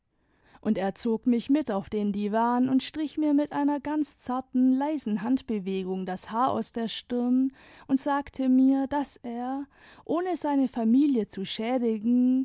und er zog mich mit auf den diwan und strich mir mit einer ganz zarten leisen handbewegung das haar aus der stirn und sagte mir daß er ohne seine familie zu schädigen